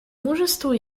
мужеству